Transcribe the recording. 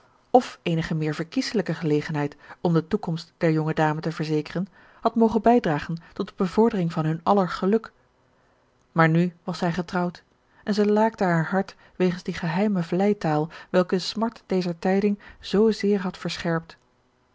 f eenige meer verkieselijke gelegenheid om de toekomst der jonge dame te verzekeren had mogen bijdragen tot de bevordering van hun aller geluk maar nu was hij getrouwd en zij laakte haar hart wegens die geheime vleitaal welke de smart dezer tijding zoo zeer had verscherpt